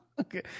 Okay